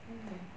mmhmm